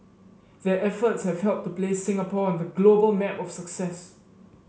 their efforts have helped to place Singapore on the global map of success